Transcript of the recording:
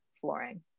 flooring